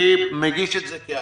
אני מגיש את זה כהצעה,